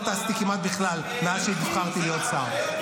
לא טסתי כמעט בכלל מאז שנבחרתי להיות שר.